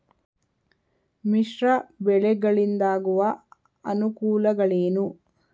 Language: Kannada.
ಮಿಶ್ರ ಬೆಳೆಗಳಿಂದಾಗುವ ಅನುಕೂಲಗಳೇನು?